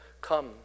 come